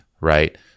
right